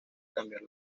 cambiar